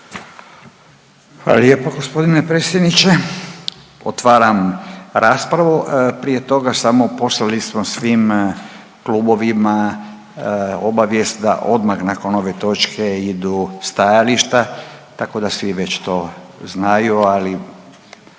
Hvala lijepo g. predsjedniče. Otvaram raspravu, prije toga samo poslali smo svim klubovima obavijest da odmah nakon ove točke idu stajališta tako da svi već to znaju,